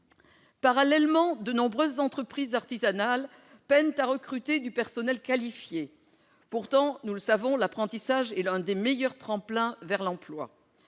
Parallèlement, de nombreuses entreprises artisanales peinent à recruter du personnel qualifié. Pourtant, nous le savons, l'apprentissage est l'un des meilleurs tremplins vers l'emploi.